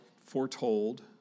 foretold